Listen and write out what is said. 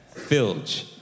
Filge